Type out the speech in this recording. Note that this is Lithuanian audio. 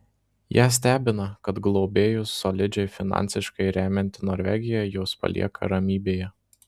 ją stebina kad globėjus solidžiai finansiškai remianti norvegija juos palieka ramybėje